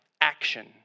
action